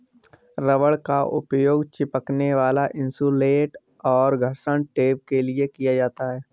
rubber का उपयोग चिपकने वाला इन्सुलेट और घर्षण टेप के लिए किया जाता है